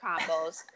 combos